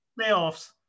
playoffs